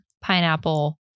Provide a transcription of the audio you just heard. pineapple